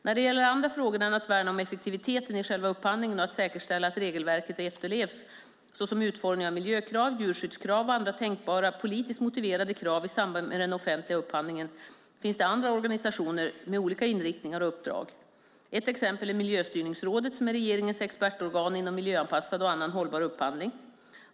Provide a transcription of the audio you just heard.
När det gäller andra frågor än att värna om effektiviteten i själva upphandlingen och att säkerställa att regelverket efterlevs, såsom utformningen av miljökrav, djurskyddskrav och andra tänkbara politiskt motiverade krav i samband med den offentliga upphandlingen, finns det andra organisationer med olika inriktningar och uppdrag. Ett exempel är Miljöstyrningsrådet som är regeringens expertorgan inom miljöanpassad och annan hållbar upphandling.